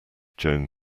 joan